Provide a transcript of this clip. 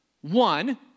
one